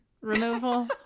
removal